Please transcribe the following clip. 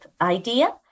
idea